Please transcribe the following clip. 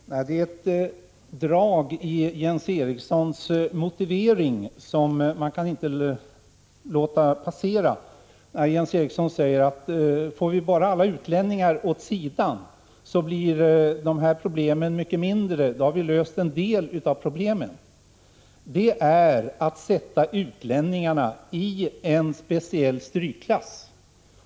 Fru talman! Det är ett drag i Jens Erikssons motivering som man inte kan låta passera. Jens Eriksson säger: Får vi bara alla utlänningar åt sidan blir de här problemen mycket mindre — då har vi löst en del av problemen. Det är att sätta utlänningar i en speciell strykklass.